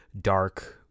Dark